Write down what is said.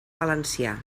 valencià